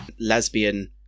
lesbian